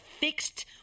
fixed